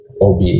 OB